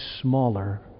smaller